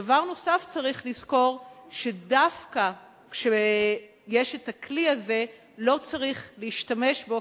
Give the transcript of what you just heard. דבר נוסף שצריך לזכור הוא שדווקא כשיש הכלי הזה לא צריך להשתמש בו,